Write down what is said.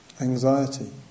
anxiety